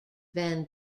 van